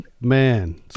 man